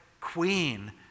queen